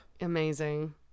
Amazing